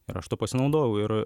ir aš tuo pasinaudojau ir